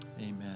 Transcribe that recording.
Amen